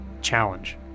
challenge